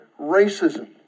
racism